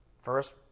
first